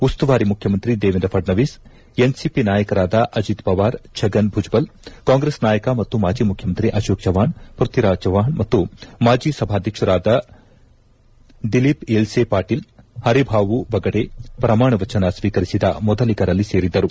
ಉಸ್ತುವಾರಿ ಮುಖ್ಯಮಂತ್ರಿ ದೇವೇಂದ್ರ ಫಡ್ನವಿಸ್ ಎನ್ಸಿಪಿ ನಾಯಕರಾದ ಅಜೆತ್ ಪವಾರ್ ಛಗನ್ ಭುಜಬಲ್ ಕಾಂಗ್ರೆಸ್ ನಾಯಕ ಮತ್ತು ಮಾಜ ಮುಖ್ಯಮಂತ್ರಿ ಅಶೋಕ್ ಚೌವ್ವಾಣ್ ಪೃಥ್ವಿರಾಜ್ ಚೌವ್ವಾಣ್ ಮತ್ತು ಮಾಜಿ ಸಭಾಧ್ಯಕ್ಷರಾದ ದಿಲೀಪ್ ಏಲ್ಲೆ ಪಾಟೀಲ್ ಹರಿಭಾವು ಬಗಡೆ ಪ್ರಮಾಣ ವಚನ ಶ್ವೀಕರಿಸಿದ ಮೊದಲಿಗರಲ್ಲಿ ಸೇರಿದ್ದರು